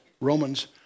Romans